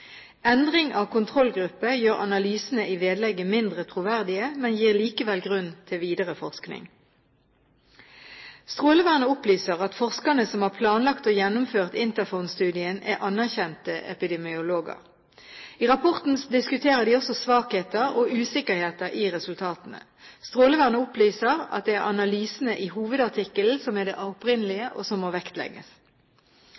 Endring av kontrollgruppe gjør analysene i vedlegget mindre troverdige, men gir likevel grunn til videre forskning. Strålevernet opplyser at forskerne som har planlagt og gjennomført Interphone-studien, er anerkjente epidemiologer. I rapporten diskuterer de også svakheter og usikkerheter i resultatene. Strålevernet opplyser at det er analysene i hovedartikkelen som er det opprinnelige,